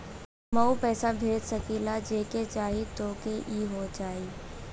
हमहू पैसा भेज सकीला जेके चाही तोके ई हो जाई?